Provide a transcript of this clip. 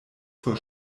vor